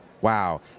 Wow